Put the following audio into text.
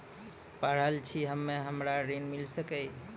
पढल छी हम्मे हमरा ऋण मिल सकई?